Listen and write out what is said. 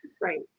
right